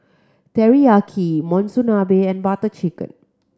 Teriyaki Monsunabe and Butter Chicken